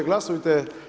Glasujte.